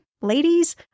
ladies